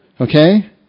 Okay